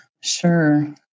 Sure